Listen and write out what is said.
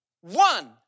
one